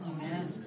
Amen